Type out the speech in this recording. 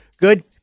good